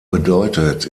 bedeutet